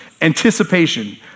Anticipation